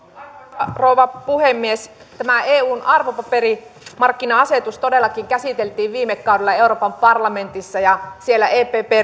arvoisa rouva puhemies tämä eun arvopaperimarkkina asetus todellakin käsiteltiin viime kaudella euroopan parlamentissa ja siellä epp